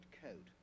code